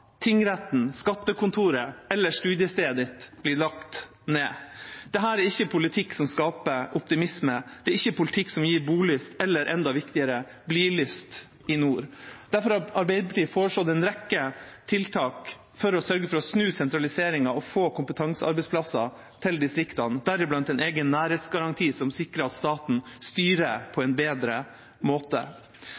tingretten, skattekontoret eller studiestedet blir lagt ned. Dette er ikke politikk som skaper optimisme, det er ikke politikk som gir bolyst eller – enda viktigere – bli-lyst i nord. Derfor har Arbeiderpartiet foreslått en rekke tiltak for å sørge for å snu sentraliseringen og få kompetansearbeidsplasser til distriktene, deriblant en egen næringsgaranti som sikrer at staten styrer på